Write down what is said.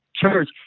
Church